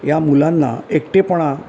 या मुलांना एकटेपणा